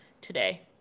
today